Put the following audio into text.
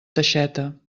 teixeta